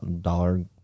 dollar